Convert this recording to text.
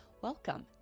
welcome